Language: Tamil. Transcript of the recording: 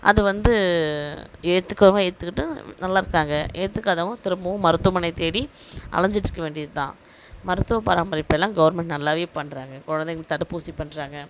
அது வந்து ஏற்றுக்கறவுங்க ஏற்றுக்கட்டும் நல்லாயிருக்காங்க ஏற்றுக்காதவங்க திரும்பவும் மருத்துவமனை தேடி அலைஞ்சிட்ருக்க வேண்டியதுதான் மருத்துவ பராமரிப்பெல்லாம் கவுர்மெண்ட் நல்லாவே பண்ணுறாங்க குழந்தைங்களுக்கு தடுப்பூசி பண்ணுறாங்க